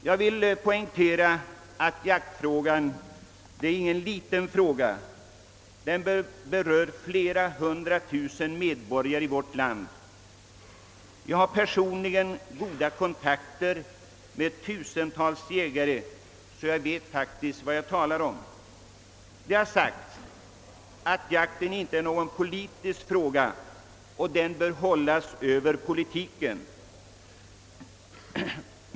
Jag vill poängtera att jaktfrågan inte är någon liten fråga, den berör flera hundra tusen medborgare i vårt land. Jag har personligen goda kontakter med tusentals jägare, så jag vet faktiskt vad jag talar om. Det har sagts att jakten inte är någon politisk fråga och att den bör stå över politiken.